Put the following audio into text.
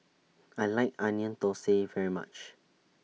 I like Onion Thosai very much